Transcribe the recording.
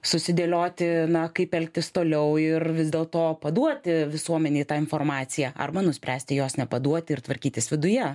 susidėlioti na kaip elgtis toliau ir vis dėlto paduoti visuomenei tą informaciją arba nuspręsti jos nepaduoti ir tvarkytis viduje